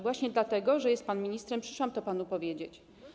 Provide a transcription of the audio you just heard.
Właśnie dlatego, że jest pan ministrem, przyszłam to panu powiedzieć.